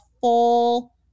full